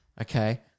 Okay